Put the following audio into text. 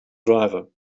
driver